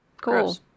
Cool